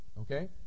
Okay